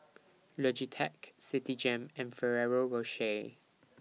Logitech Citigem and Ferrero Rocher